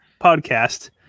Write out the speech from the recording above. podcast